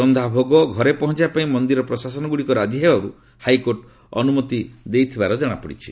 ରନ୍ଧା ଭୋଗ ଘରେ ପହଞ୍ଚାଇବା ପାଇଁ ମନ୍ଦିର ପ୍ରଶାସନଗୁଡିକ ରାଜି ହେବାରୁ ହାଇକୋର୍ଟ ଅନ୍ତମତି ଦେଇଥିବାର ଜଣାପଡିଛି